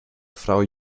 frau